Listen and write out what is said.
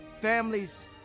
Families